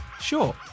sure